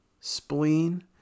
spleen